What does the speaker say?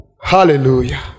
Hallelujah